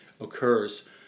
occurs